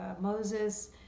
Moses